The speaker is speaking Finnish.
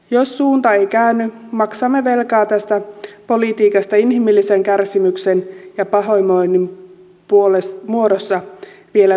jos suunta ei käänny maksamme velkaa tästä politiikasta inhimillisen kärsimyksen ja pahoinvoinnin muodossa vielä pitkään